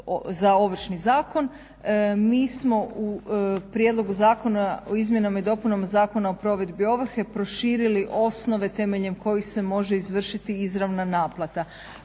za Ovršni zakon. Mi smo u Prijedlogu zakona o izmjenama i dopunama Zakona o provedbi ovrhe proširili osnove temeljem kojih se može izvršiti izravna naplata,